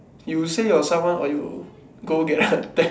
you say yourself one or you go get a test